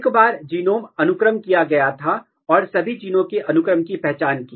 एक बार जीनोम अनुक्रम किया गया था और सभी जीनों के अनुक्रम की पहचान की